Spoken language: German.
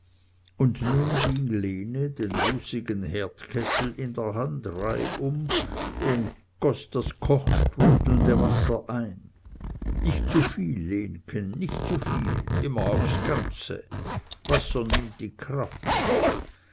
und nun ging lene den rußigen herdkessel in der hand reihum und goß das kochsprudelnde wasser ein nicht zuviel leneken nicht zuviel immer aufs ganze wasser nimmt die kraft